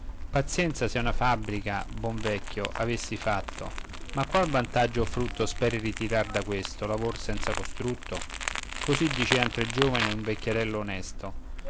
pazienza se una fabbrica buon vecchio avessi fatto ma qual vantaggio o frutto speri ritrar da questo lavor senza costrutto così dicean tre giovani a un vecchierello onesto